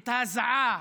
את ההזעה,